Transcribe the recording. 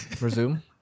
Resume